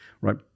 right